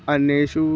अन्येषु